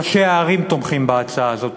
ראשי הערים תומכים בהצעה הזאת,